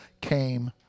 came